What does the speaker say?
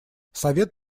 совет